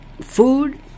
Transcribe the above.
Food